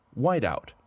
Whiteout